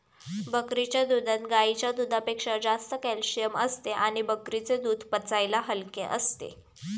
बकरीच्या दुधात गाईच्या दुधापेक्षा जास्त कॅल्शिअम असते आणि बकरीचे दूध पचायला हलके असते